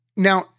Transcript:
Now